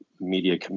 media